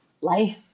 life